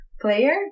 player